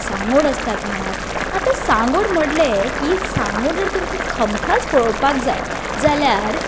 सांगोड आसता म्हणात आतां सांगोड म्हडलें की सांगोड जर तुमकां खमखास पळोवपाक जाय जाल्यार